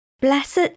Blessed